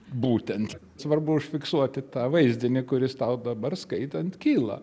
būtent svarbu užfiksuoti tą vaizdinį kuris tau dabar skaitant kyla